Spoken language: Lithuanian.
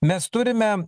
mes turime